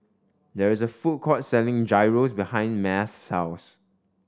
there is a food court selling Gyros behind Math's house